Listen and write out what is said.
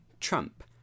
Trump